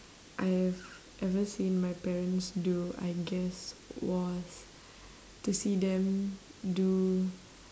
I have ever seen my parents do I guess was to see them do